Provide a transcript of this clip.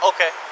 Okay